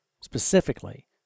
specifically